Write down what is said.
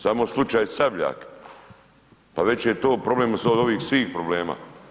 Samo slučaj Sabljak pa veći je to problem od ovih svih problema.